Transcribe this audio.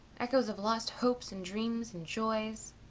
echoes of lost hopes and dreams and joys.